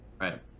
right